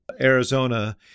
Arizona